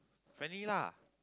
friendly lah